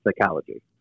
psychology